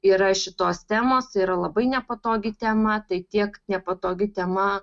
yra šitos temos yra labai nepatogi tema tai tiek nepatogi tema